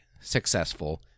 successful